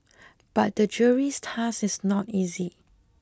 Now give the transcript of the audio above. but the jury's task is not easy